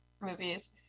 movies